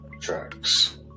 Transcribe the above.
tracks